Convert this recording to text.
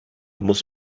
muss